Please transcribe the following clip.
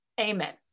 amen